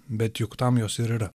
bet juk tam jos ir yra